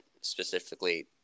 specifically